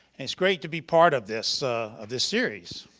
it's great to be part of this of this series.